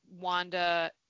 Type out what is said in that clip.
Wanda